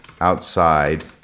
outside